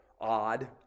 odd